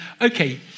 Okay